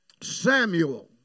Samuel